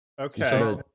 okay